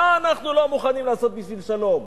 מה אנחנו לא מוכנים לעשות בשביל שלום?